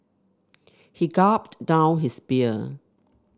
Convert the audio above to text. he gulped down his beer